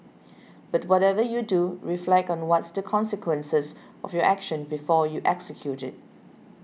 but whatever you do reflect on what's the consequences of your action before you execute it